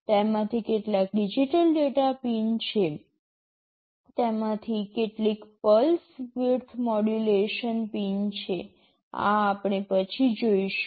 તેમાંથી કેટલાક digital data pin છે તેમાંથી કેટલીક પલ્સ વિડ્થ મોડ્યુલેશન પિન છે આ આપણે પછી જોઇશું